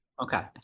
Okay